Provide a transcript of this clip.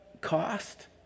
cost